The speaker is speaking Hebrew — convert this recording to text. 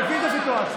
אני מבין את הסיטואציה.